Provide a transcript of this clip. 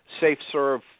safe-serve